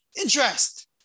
interest